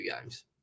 games